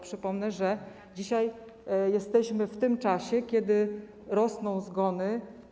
Przypomnę, że dzisiaj jesteśmy w tym czasie, kiedy rosną zgony.